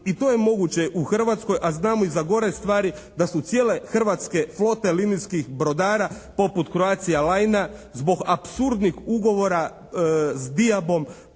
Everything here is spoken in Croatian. i to je moguće u Hrvatskoj, a znamo i za gore stvari da su cijele hrvatske flote linijskih brodara poput "Croatia linea" zbog apsurdnih ugovora sa "Biabom"